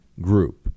group